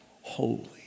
holy